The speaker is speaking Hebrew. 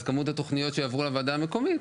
אז כמות התוכניות שיעברו לוועדה המקומית